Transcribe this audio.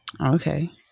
okay